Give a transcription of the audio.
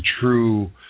true